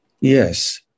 Yes